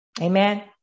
Amen